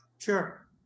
Sure